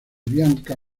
bianca